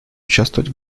участвовать